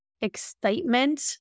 excitement